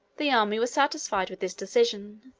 the army were satisfied with this decision,